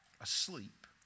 asleep